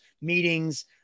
meetings